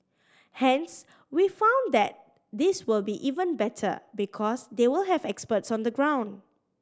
hence we found that this will be even better because they will have experts on the ground